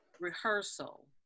rehearsal